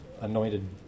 anointed